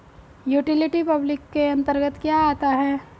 Utility public के अंतर्गत क्या आता है?